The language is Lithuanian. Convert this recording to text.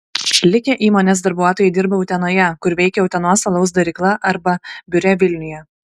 likę įmonės darbuotojai dirba utenoje kur veikia utenos alaus darykla arba biure vilniuje